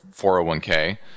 401k